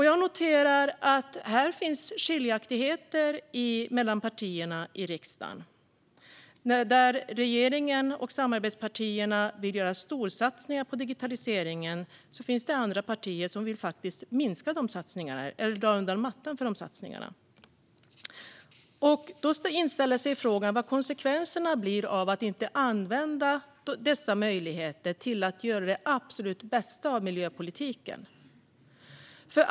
Jag noterar att här finns skiljaktigheter mellan partierna i riksdagen. Medan regeringen och samarbetspartierna vill gör storsatsningar på digitaliseringen finns det andra partier som vill minska eller dra undan mattan för de satsningarna. Då inställer sig frågan vad konsekvenserna blir av att inte använda dessa möjligheter till att göra det absolut bästa av miljöpolitiken.